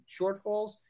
shortfalls